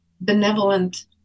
benevolent